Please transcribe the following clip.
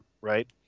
right